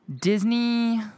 disney